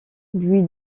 lui